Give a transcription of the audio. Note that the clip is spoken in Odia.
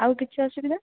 ଆଉ କିଛି ଅସୁବିଧା